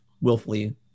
willfully